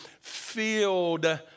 filled